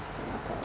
Singapore